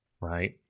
right